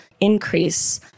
increase